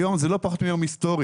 היום זה לא פחות מיום היסטורי.